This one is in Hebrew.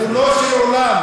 הציבור,